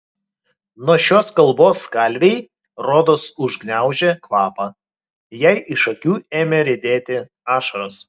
nuo šios kalbos kalvei rodos užgniaužė kvapą jai iš akių ėmė riedėti ašaros